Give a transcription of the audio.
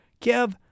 Kev